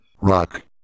Rock